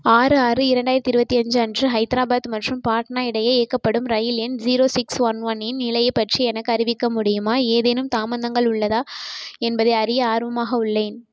ஆறு ஆறு இரண்டாயிரத்தி இருபத்தி அஞ்சு அன்று ஹைதராபாத் மற்றும் பாட்னா இடையே இயக்கப்படும் இரயில் எண் ஜீரோ சிக்ஸ் ஒன் ஒன் இன் நிலையைப் பற்றி எனக்கு அறிவிக்க முடியுமா ஏதேனும் தாமதங்கள் உள்ளதா என்பதை அறிய ஆர்வமாக உள்ளேன்